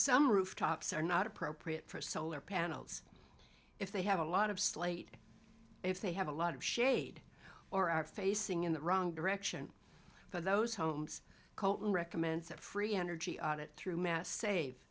some rooftops are not appropriate for solar panels if they have a lot of slate if they have a lot of shade or are facing in the wrong direction but those homes colton recommends that free energy audit through mass save